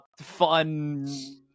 fun